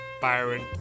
Byron